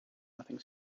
nothing